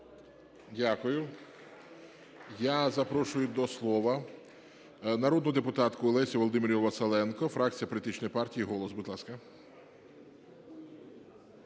Дякую. Я запрошую до слова народну депутатку Лесю Володимирівну Василенко, фракція політичної партії "Голос". Будь ласка.